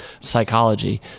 psychology